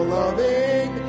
loving